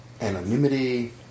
anonymity